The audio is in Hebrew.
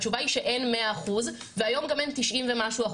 התשובה היא שאין 100% והיום גם אין 90% ומשהו.